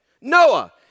Noah